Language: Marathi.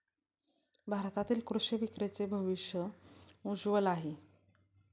भारतातील कृषी विक्रीचे भविष्य उज्ज्वल आहे